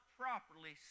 properly